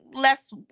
less